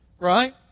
Right